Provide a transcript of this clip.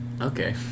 Okay